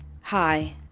Hi